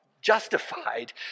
justified